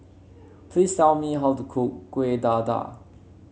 please tell me how to cook Kuih Dadar